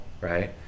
right